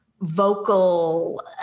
vocal